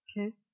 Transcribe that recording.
okay